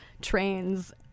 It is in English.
trains